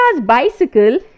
bicycle